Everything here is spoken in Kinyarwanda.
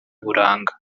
buranga